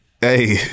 Hey